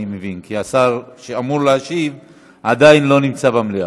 אני מבין כי השר שאמור להשיב עדיין לא נמצא במליאה,